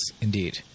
indeed